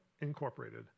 Incorporated